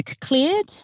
cleared